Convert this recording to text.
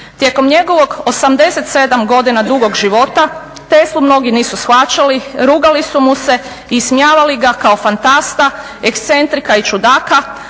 Tijekom njegovog 87 godina dugog života Teslu mnogi nisu shvaćali, rugali su mu se i ismijavali ga kao fantasta, ekscentrika i čudaka,